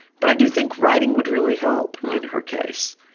but i do think writing would really help, in her case,